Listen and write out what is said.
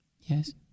yes